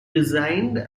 resigned